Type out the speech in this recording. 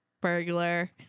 burglar